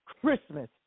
Christmas